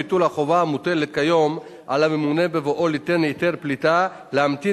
ביטול החובה המוטלת כיום על הממונה בבואו ליתן היתר פליטה להמתין